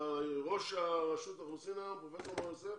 ראש רשות האוכלוסין, פרופסור מור יוסף,